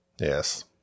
Yes